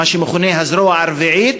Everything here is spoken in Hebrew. מה שמכונה הזרוע הרביעית,